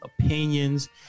opinions